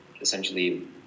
essentially